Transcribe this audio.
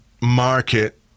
market